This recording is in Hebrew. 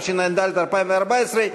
התשע"ד 2014,